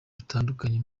batandukanye